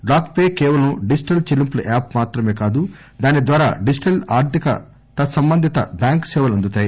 dock P కేవలం digital చెల్లింపుల app మాత్రమే కాదు దాని ద్వారా డిజిటల్ ఆర్థిక తత్పంబంధిత బ్యాంకింగ్ సేవలు అందుతాయి